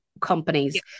companies